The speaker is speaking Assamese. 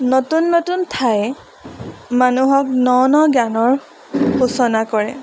নতুন নতুন ঠায়ে মানুহক ন ন জ্ঞানৰ সূচনা কৰে